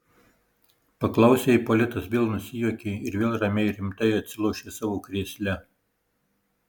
paklausė ipolitas vėl nusijuokė ir vėl ramiai ir rimtai atsilošė savo krėsle